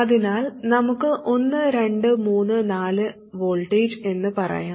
അതിനാൽ നമുക്ക് 1 2 3 4 V എന്ന് പറയാം